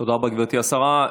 תודה רבה, גברתי השרה.